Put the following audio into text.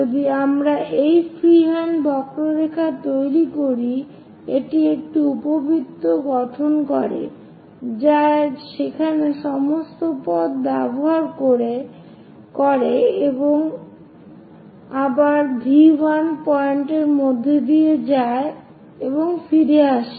যদি আমরা একটি ফ্রিহ্যান্ড বক্ররেখা তৈরি করি এটি একটি উপবৃত্ত গঠন করে যা সেখানে সমস্ত পথ ব্যবহার করে এবং আবার V1 পয়েন্টের মধ্য দিয়ে যায় এবং ফিরে আসে